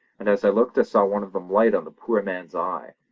and as i looked i saw one of them light on the poor man's eye,